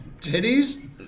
titties